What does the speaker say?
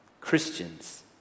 Christians